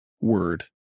word